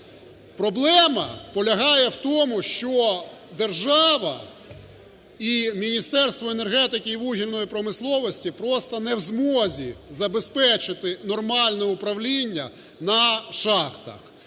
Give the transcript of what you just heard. Проблема полягає в тому, що держава і Міністерство енергетики і вугільної промисловості просто не в змозі забезпечити нормальне управління на шахтах.